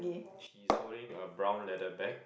he's holding a brown leather bag